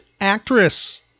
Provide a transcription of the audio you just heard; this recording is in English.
Actress